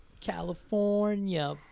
California